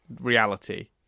reality